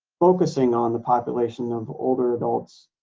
focusing on the population of older adults